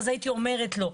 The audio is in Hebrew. הייתי אומרת לו.